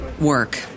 work